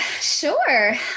Sure